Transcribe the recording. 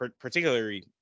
particularly